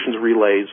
relays